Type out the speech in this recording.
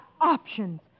options